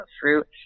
fruit